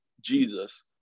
Jesus